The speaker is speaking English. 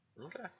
Okay